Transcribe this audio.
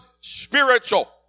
spiritual